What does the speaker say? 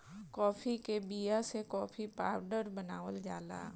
काफी के बिया से काफी पाउडर बनावल जाला